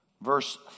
verse